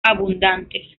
abundantes